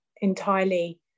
entirely